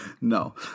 No